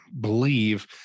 believe